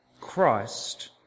Christ